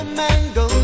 mango